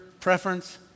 preference